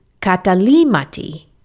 katalimati